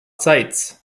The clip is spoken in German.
zeitz